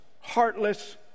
heartless